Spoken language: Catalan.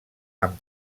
amb